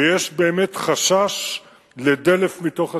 ויש באמת חשש לדלף מתוך הצבא,